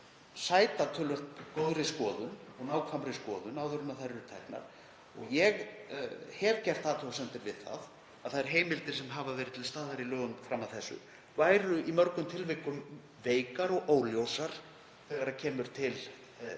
sæta töluvert góðri og nákvæmri skoðun áður en þær eru teknar upp. Ég hef gert athugasemdir við það að þær heimildir sem hafa verið til staðar í lögum fram að þessu væru í mörgum tilvikum veikar og óljósar þegar kemur til